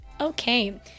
Okay